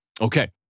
Okay